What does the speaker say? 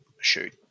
shoot